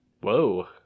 Whoa